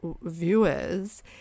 viewers